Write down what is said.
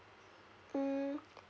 mm